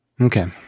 Okay